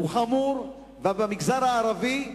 הוא חמור, ובמגזר הערבי,